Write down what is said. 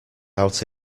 out